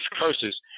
curses